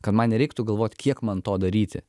kad man nereiktų galvot kiek man to daryti